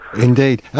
Indeed